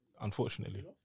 unfortunately